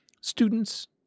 students